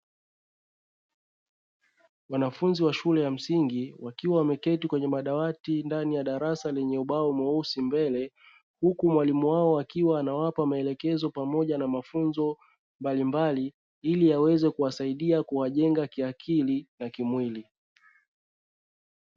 wanafunzi wa shule ya msingi wakiwa wameketi kwenye madawati ndani ya darasa lenye ubao mweusi mbele, huku mwalimu wao akiwa anawapa maelekezo pamoja na mafunzo mbalimbali ili aweze kuwasaidia kuwajenga kiakili na kimwili. Kumbuka Ubao mweusi uliboldishwa kwa sababu ni neno muhimu katika muktadha wa darasa la shule ya msingi.